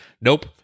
Nope